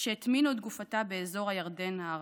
שהטמינו את גופתה באזור הירדן ההררי,